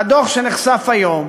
והדוח שנחשף היום,